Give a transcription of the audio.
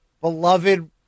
beloved